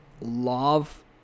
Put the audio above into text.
love